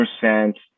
percent